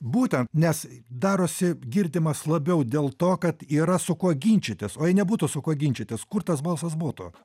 būtent nes darosi girdimas labiau dėl to kad yra su kuo ginčytis o jei nebūtų su kuo ginčytis kur tas balsas būtų